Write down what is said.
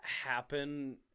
happen